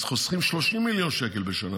אז חוסכים 30 מיליון שקלים בשנה.